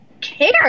care